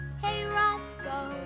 hey, roscoe,